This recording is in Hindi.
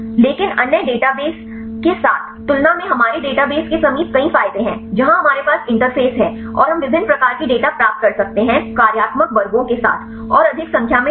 लेकिन अन्य डेटाबेस के साथ तुलना में हमारे डेटाबेस के समीप कई फायदे हैं जहां हमारे पास इंटरफ़ेस है और हम विभिन्न प्रकार के डेटा प्राप्त कर सकते हैं कार्यात्मक वर्गों के साथ और अधिक संख्या में डेटा